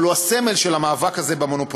אבל הוא הסמל של המאבק הזה במונופוליזם.